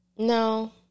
No